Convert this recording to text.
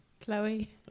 Chloe